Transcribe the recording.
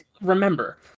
Remember